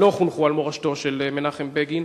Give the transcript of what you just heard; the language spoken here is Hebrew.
לא חונכו על מורשתו של מנחם בגין,